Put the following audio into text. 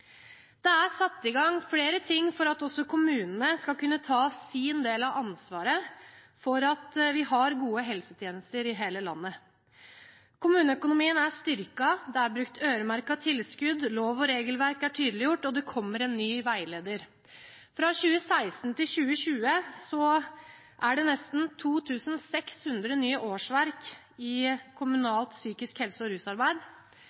Det er satt i gang flere ting for at også kommunene skal kunne ta sin del av ansvaret for at vi har gode helsetjenester i hele landet. Kommuneøkonomien er styrket, det er brukt øremerkede tilskudd, lov- og regelverk er tydeliggjort, og det kommer en ny veileder. Fra 2016 til 2020 er det nesten 2 600 nye årsverk i kommunalt psykisk helse- og rusarbeid.